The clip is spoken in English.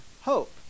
hope